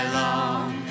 long